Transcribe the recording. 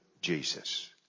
Jesus